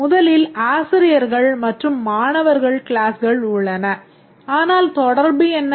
முதலில் ஆசிரியர்கள் மற்றும் மாணவர்கள் க்ளாஸ்கள் உள்ளன ஆனால் தொடர்பு என்ன